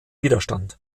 widerstand